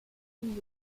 clio